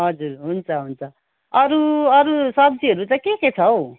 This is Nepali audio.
हजुर हुन्छ हुन्छ अरू अरू सब्जीहरू चाहिँ के के छ हौ